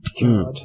God